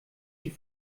die